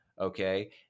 Okay